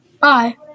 Bye